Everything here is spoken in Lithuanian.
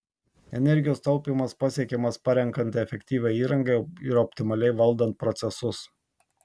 energijos taupymas pasiekiamas parenkant efektyvią įrangą ir optimaliai valdant procesus